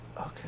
Okay